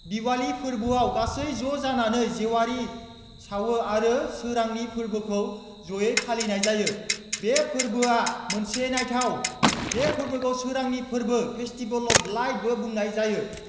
दिवालि फोरबोआव गासै ज' जानानै जेवारि सावो आरो सोरांनि फोरबोखौ जयै फालिनाय जायो बे फोरबोआ मोनसे नायथाव बे फोरबोखौ सोरांनि फोरबो फेसटिभेल अफ लाइटबो बुंनाय जायो